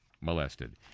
molested